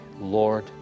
Lord